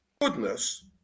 goodness